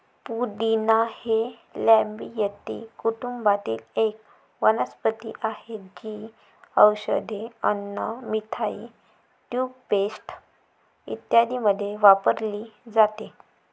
पुदिना हे लॅबिएटी कुटुंबातील एक वनस्पती आहे, जी औषधे, अन्न, मिठाई, टूथपेस्ट इत्यादींमध्ये वापरली जाते